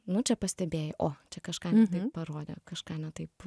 nu čia pastebėjai o čia kažką ne taip parodė kažką ne taip